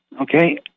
okay